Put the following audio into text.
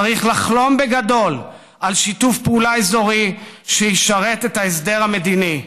צריך לחלום בגדול על שיתוף פעולה אזורי שיישרת את ההסדר המדיני.